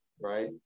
right